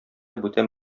бүтән